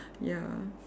ya